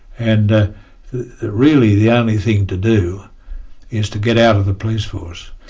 and ah really the only thing to do is to get out of the police force.